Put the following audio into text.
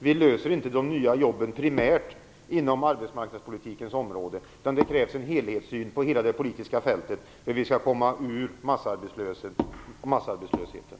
Vi löser inte problemet med de nya jobben primärt inom arbetsmarknadspolitikens område. Det krävs en helhetssyn på hela det politiska fältet för att vi skall komma ur massarbetslösheten.